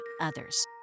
others